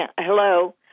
hello